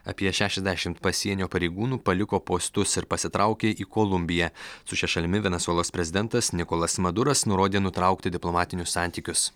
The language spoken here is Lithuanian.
apie šešiasdešimt pasienio pareigūnų paliko postus ir pasitraukė į kolumbiją su šia šalimi venesuelos prezidentas nikolas maduras nurodė nutraukti diplomatinius santykius